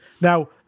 Now